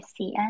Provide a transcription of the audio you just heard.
cn